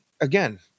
again